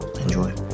enjoy